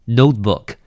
notebook